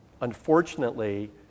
unfortunately